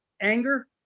anger